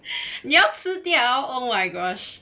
yup 你要吃掉 ah oh my gosh